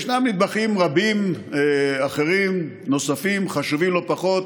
ישנם נדבכים רבים, אחרים, נוספים, חשובים לא פחות,